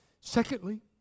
Secondly